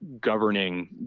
governing